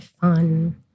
fun